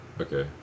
Okay